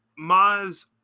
Maz